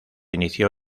inició